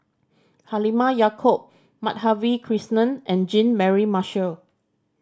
Halimah Yacob Madhavi Krishnan and Jean Mary Marshall